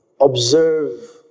observe